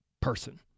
person